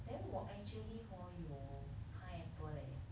then 我 actually hor 有 pineapple leh